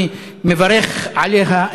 אני מברך עליה,